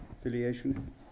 affiliation